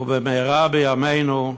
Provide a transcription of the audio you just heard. ובמהרה בימינו,